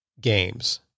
games